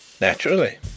Naturally